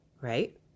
right